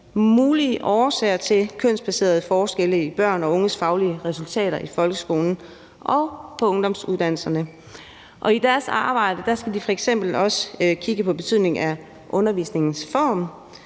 mulige årsager til kønsbaserede forskelle i børn og unges faglige resultater i folkeskolen og på ungdomsuddannelserne. I deres arbejde skal de f.eks. også kigge på betydningen af undervisningens form,